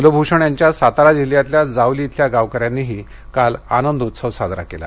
कुलभूषण यांच्या सातारा जिल्ह्यातल्या जावली खिल्या गावकऱ्यांनीही काल आनंदोत्सव साजरा केला